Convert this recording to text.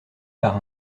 par